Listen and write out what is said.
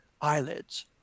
eyelids